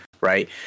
Right